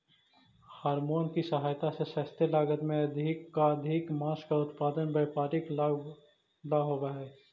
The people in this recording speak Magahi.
हॉरमोन की सहायता से सस्ते लागत में अधिकाधिक माँस का उत्पादन व्यापारिक लाभ ला होवअ हई